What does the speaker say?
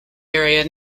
area